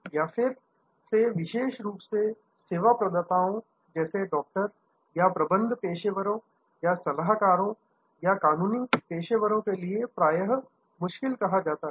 या फिर से विशेष रूप से सेवा प्रदाताओं जैसे डॉक्टर या प्रबंधन पेशेवरों या सलाहकारों या कानूनी पेशेवरों के लिए प्राय मुश्किल कहा जाता है